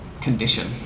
condition